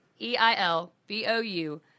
E-I-L-B-O-U